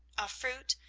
of fruit,